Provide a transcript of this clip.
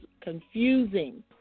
confusing